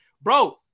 Bro